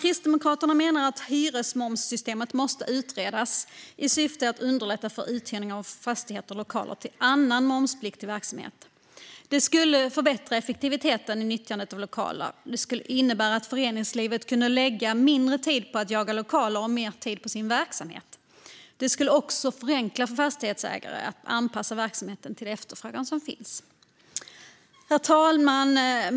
Kristdemokraterna menar att hyresmomssystemet måste utredas i syfte att underlätta för uthyrning av fastigheter och lokaler till annat än momspliktig verksamhet. Det skulle förbättra effektiviteten i nyttjandet av lokaler. Det skulle innebära att föreningslivet kunde lägga mindre tid på att jaga lokaler och mer tid på sin verksamhet. Det skulle också förenkla för fastighetsägare att anpassa verksamheten till den efterfrågan som finns. Herr talman!